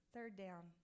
third-down